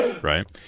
Right